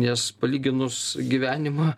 nes palyginus gyvenimą